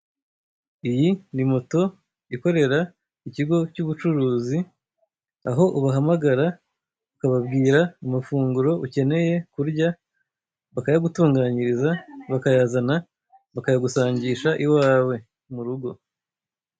Iyi ni moto ikorera ikigo cy'ubucuruzi, aho ubahamagara ukababwira amafunguro ukeneye kurya bayagutunganyiriza bakayazana bakayagusangisha iwawe mu rugo.